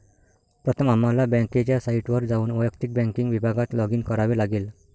प्रथम आम्हाला बँकेच्या साइटवर जाऊन वैयक्तिक बँकिंग विभागात लॉगिन करावे लागेल